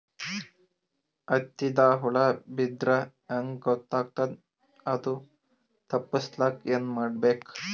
ಹತ್ತಿಗ ಹುಳ ಬಿದ್ದ್ರಾ ಹೆಂಗ್ ಗೊತ್ತಾಗ್ತದ ಅದು ತಪ್ಪಸಕ್ಕ್ ಏನ್ ಮಾಡಬೇಕು?